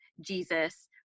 Jesus